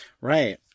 Right